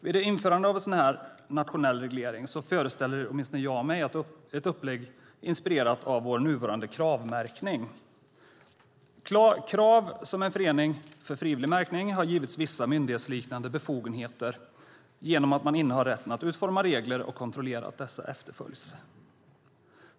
Vid ett införande av en sådan här nationell reglering föreställer jag mig ett upplägg inspirerat av vår nuvarande Kravmärkning. Krav som är en förening för en frivillig märkning har givits vissa myndighetsliknande befogenheter genom att man innehar rätten att utforma regler och kontrollera att de efterföljs.